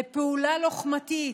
לפעולה לוחמתית,